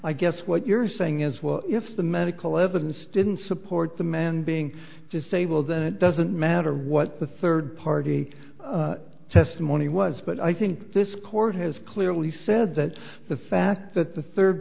i guess what you're saying is well if the medical evidence didn't support the man being disabled then it doesn't matter what the third party testimony was but i think this court has clearly said that the fact that the third